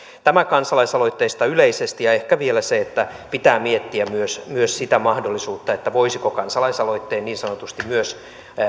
tämä kansalaisaloitteista yleisesti ja ehkä vielä se että pitää miettiä myös myös sitä mahdollisuutta että voisiko kansalaisaloitteen niin sanotusti myös